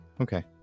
Okay